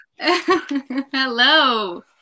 Hello